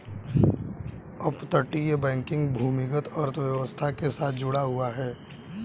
अपतटीय बैंकिंग भूमिगत अर्थव्यवस्था के साथ जुड़ा हुआ है